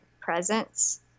presence